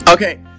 Okay